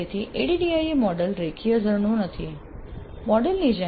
તેથી ADDIE model રેખીય ઝરણું નથી મોડેલ ની જેમ